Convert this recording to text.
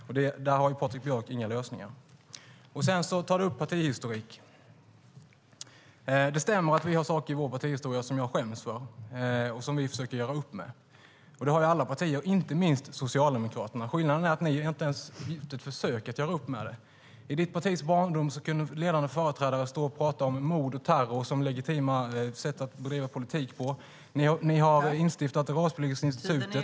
Men där har Patrik Björck inga lösningar. Sedan tar du upp partihistorik. Det stämmer att vi har saker i vår partihistoria som jag skäms för och som vi försöker göra upp med. Det har alla partier - inte minst Socialdemokraterna. Skillnaden är att ni inte ens försöker göra upp med det. I ditt partis barndom kunde ledande företrädare stå och prata om mord och terror som legitima sätt att bedriva politik på. Ni har instiftat Rasbiologiska institutet.